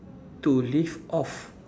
to live off